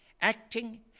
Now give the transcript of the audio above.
acting